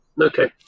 Okay